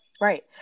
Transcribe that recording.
Right